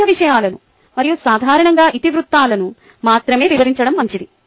ముఖ్య విషయాలను మరియు సాధారణ ఇతివృత్తాలను మాత్రమే వివరించడం మంచిది